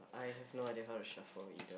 I have no idea how to shuffle either